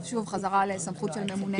שוב חזרה לסמכות של ממונה.